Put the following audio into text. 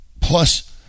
Plus